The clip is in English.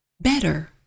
Better